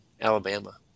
Alabama